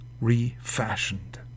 refashioned